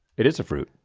it is a fruit.